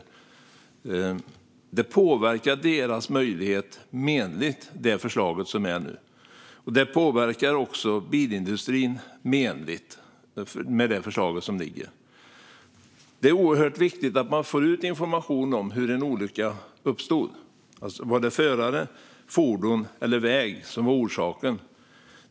Förslaget som ligger påverkar deras möjlighet menligt, och det påverkar också bilindustrin menligt. Det är oerhört viktigt att man får ut information om hur en olycka uppstod, om det var förare, fordon eller väg som var orsaken.